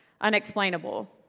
unexplainable